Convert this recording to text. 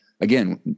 again